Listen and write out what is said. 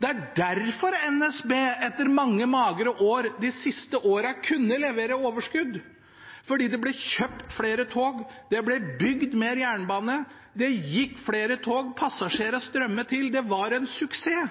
Det er derfor NSB etter mange magre år de siste årene kunne levere overskudd, fordi det ble kjøpt flere tog, det ble bygd mer jernbane, det gikk flere tog, passasjerene strømmet til. Det var en suksess.